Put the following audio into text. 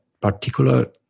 particular